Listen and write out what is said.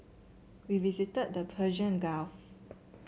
we visited the Persian Gulf